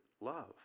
love